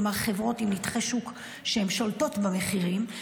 כלומר חברות עם נתחי שוק ששולטות במחירים,